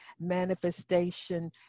manifestation